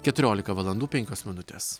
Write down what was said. keturiolika valandų penkios minutės